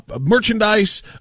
merchandise